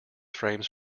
frames